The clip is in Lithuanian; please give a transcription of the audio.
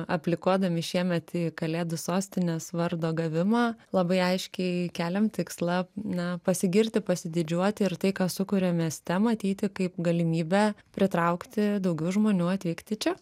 aplikuodami šiemet į kalėdų sostinės vardo gavimą labai aiškiai keliam tikslą na pasigirti pasididžiuoti ir tai ką sukuriam mieste matyti kaip galimybę pritraukti daugiau žmonių atvykti čia